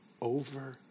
over